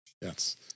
Yes